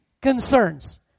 concerns